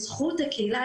זה בזכות הקהילה,